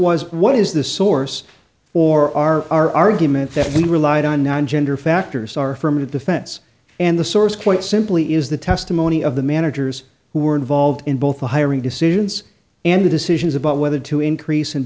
was what is the source or are our argument that we relied on one gender factors are from a defense and the source quite simply is the testimony of the managers who were involved in both the hiring decisions and the decisions about whether to increase